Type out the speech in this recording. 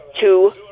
two